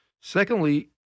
Secondly